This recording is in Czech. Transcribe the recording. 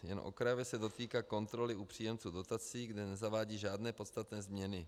Jen okrajově se dotýká kontroly u příjemců dotací, kde nezavádí žádné podstatné změny.